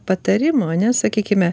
patarimo ane sakykime